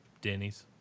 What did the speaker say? Denny's